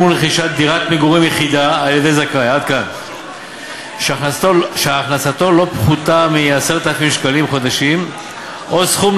ביחד עם חברי חבר הכנסת אחמד טיבי ועוד חברים מהרשימה המשותפת,